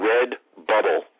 RedBubble